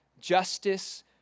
justice